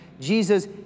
Jesus